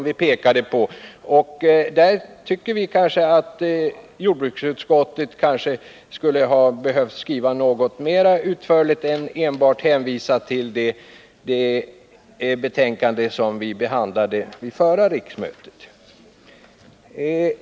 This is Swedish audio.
Vi tycker kanske att jordbruksutskottet borde ha skrivit något mera utförligt och inte enbart skulle ha hänvisat till det betänkande som behandlades vid förra riksmötet.